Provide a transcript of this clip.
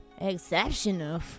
Exceptional